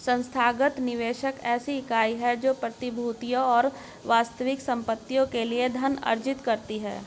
संस्थागत निवेशक ऐसी इकाई है जो प्रतिभूतियों और वास्तविक संपत्तियों के लिए धन अर्जित करती है